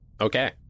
Okay